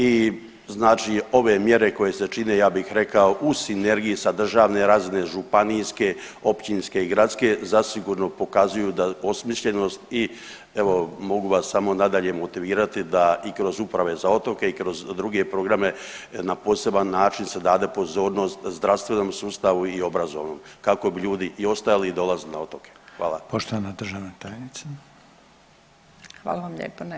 I znači ove mjere koje se čine, ja bih rekao u sinergiji sa državne razine županijske, općinske i gradske zasigurno pokazuju da osmišljenost i evo mogu vas samo nadalje motivirati da i kroz uprave za otoke i kroz druge programe na poseban način se dade pozornost zdravstvenom sustavu i obrazovnom kako bi ljudi i ostajali i dolazili na otoke.